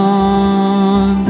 on